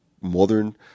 modern